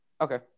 Okay